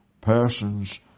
persons